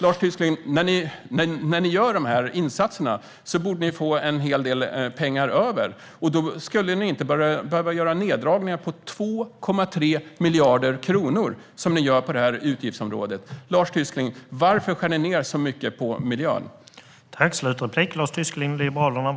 När ni gör dessa insatser borde ni få en hel del pengar över. Då borde ni inte behöva göra neddragningar på 2,3 miljarder kronor, som ni gör på detta utgiftsområde. Varför skär ni ned så mycket på miljön, Lars Tysklind?